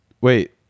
Wait